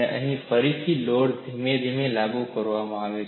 અહીં ફરીથી લોડ ધીમે ધીમે લાગુ કરવામાં આવે છે